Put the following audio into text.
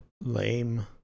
Lame